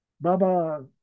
Baba